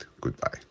Goodbye